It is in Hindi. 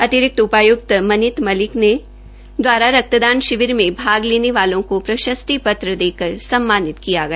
अतिरिक्त उपायुकत मनिता मलिक दवारा रकतदान में भाग लेने वालों को प्रशस्ति पत्र देकर सम्मानित कया गया